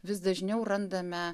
vis dažniau randame